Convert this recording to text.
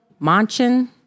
Manchin